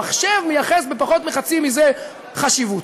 המחשב מייחס בפחות מחצי מזה חשיבות.